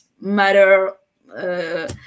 matter